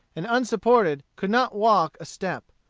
and unsupported could not walk a step.